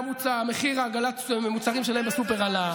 מחיר עגלת מוצרים שלהם בסופר עלה,